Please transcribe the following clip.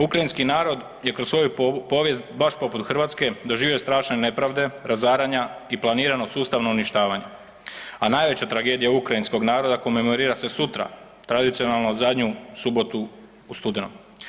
Ukrajinski narod je kroz svoju povijest, baš poput Hrvatske, doživio strašne nepravde, razaranja i planirano sustavno uništavanja, a najveća tragedija ukrajinskog naroda komemorira se sutra, tradicionalno zadnju subotu u studenom.